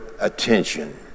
attention